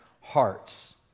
hearts